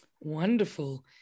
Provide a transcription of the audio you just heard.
Wonderful